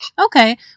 okay